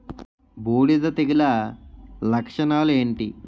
బూడిద తెగుల లక్షణాలు ఏంటి?